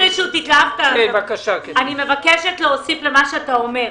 אני מבקשת להוסיף למה שאתה אומר.